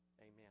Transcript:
Amen